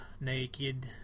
naked